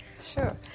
sure